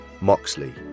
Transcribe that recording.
Moxley